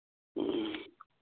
ꯎꯝ